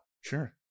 Sure